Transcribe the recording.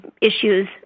issues